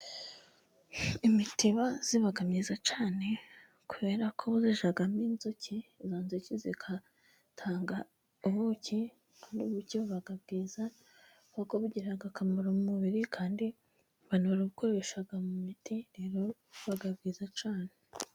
Imitiba iba myiza cyane kubera ko zijyamo inzuki. Izo nzuki zigatanga ubuki. n'ubuki buba bwiza na bwo bugira akamaro mu mubiri kandi banabukoresha mu miti buba bwiza cyane.